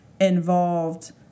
involved